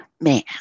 man